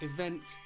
Event